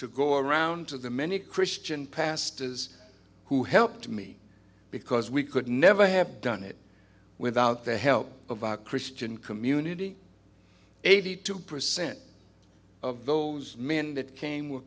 to go around to the many christian pastors who helped me because we could never have done it without the help of a christian community eighty two percent of those men that came were